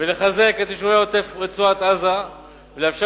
ולחזק את יישובי עוטף רצועת-עזה ולאפשר